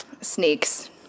Sneaks